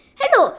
hello